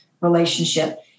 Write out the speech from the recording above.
relationship